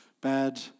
bad